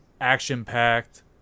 action-packed